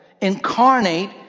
incarnate